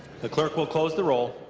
the clerk will close the roll.